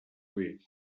week